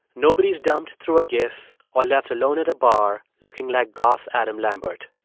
nobody's dumped through a gif or left alone at a bar looking like goth adam lambert.